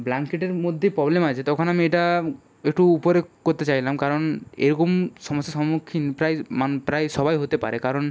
ব্লাঙ্কেটের মধ্যেই প্রবলেম আছে তখন আমি এটা একটু উপরে করতে চাইলাম কারণ এরকম সমস্যার সম্মুখীন প্রায় মান প্রায় সবাই হতে পারে কারণ